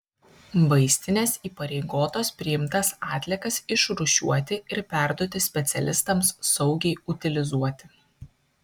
vaistinės įpareigotos priimtas atliekas išrūšiuoti ir perduoti specialistams saugiai utilizuoti